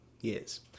Yes